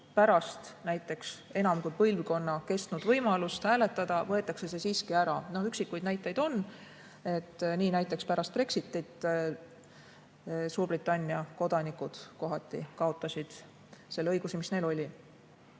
pärast näiteks enam kui põlvkonna kestnud võimalust hääletada võetakse see õigus siiski ära. Üksikuid näiteid on, näiteks pärast Brexitit Suurbritannia kodanikud kohati kaotasid selle õiguse, mis neil oli.